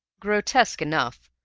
grotesque enough,